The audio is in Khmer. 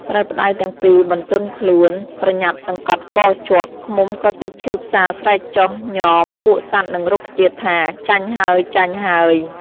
ត្រូវផ្តៅទាំងពីរបន្ទន់ខ្លួន ប្រញាប់សង្កត់កជាប់ ឃ្មុំក៏ទិចឈឺផ្សាស្រែកចុះញ៉មពួកសត្វនិងរុក្ខជាតិថា “ ចាញ់ ហើយៗ ! ”។